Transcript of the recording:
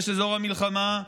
אזור המלחמה,